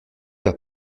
vas